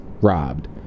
robbed